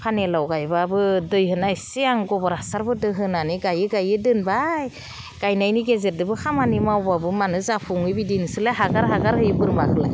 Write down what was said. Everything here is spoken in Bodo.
फानिलाव गायबाबो दै होना एसे आं गबर हासारफोर होनानै गायै गायै दोनबाय गायनायनि गेजेरजोंबो खामानि मावबाबो मानो जाफुङै बिदि नोंसोरलाय हगार हगार होयो बोरमाखौलाय